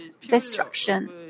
destruction